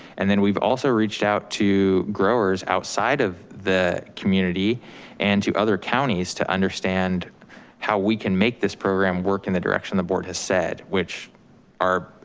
and then we've also reached out to growers outside of the community and to other counties to understand how we can make this program work in the direction the board has said, which are,